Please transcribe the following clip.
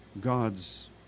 God's